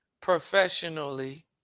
professionally